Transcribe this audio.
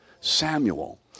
Samuel